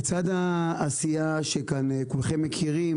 לצד העשייה שכאן כולכם מכירים,